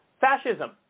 Fascism